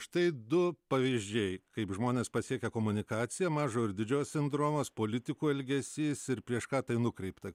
štai du pavyzdžiai kaip žmones pasiekia komunikacija mažo ir didžiojo sindromas politikų elgesys ir prieš ką tai nukreipta